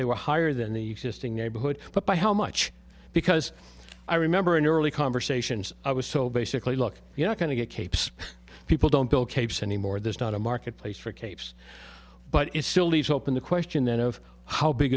they were higher than the existing neighborhood but by how much because i remember in early conversations i was so basically look you're not going to get capes people don't build capes anymore there's not a marketplace for capes but it still leaves open the question then of how big